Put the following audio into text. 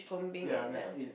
ya that's it